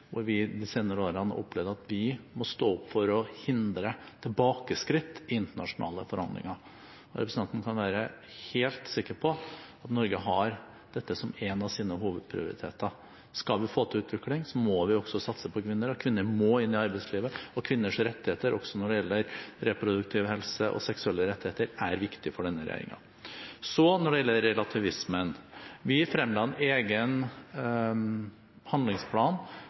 hvor vi de senere årene har opplevd at vi må stå opp for å hindre tilbakeskritt i internasjonale forhandlinger. Representanten kan være helt sikker på at Norge har dette som en av sine hovedprioriteter. Skal vi få til utvikling, må vi også satse på kvinner. Kvinner må inn i arbeidslivet, og også kvinners rettigheter når det gjelder reproduktiv helse og seksuelle rettigheter, er viktig for denne regjeringen. Så når det gjelder relativismen: Vi fremla en egen handlingsplan